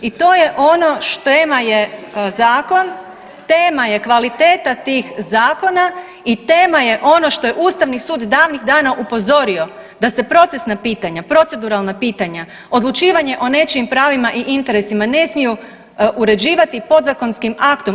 I to je ono, tema je zakon, tema je kvaliteta tih zakona i tema je ono što je Ustavni sud davnih dana upozorio, da se procesna pitanja, proceduralna pitanja, odlučivanje o nečijim pravima i interesima ne smiju uređivati podzakonskim aktom.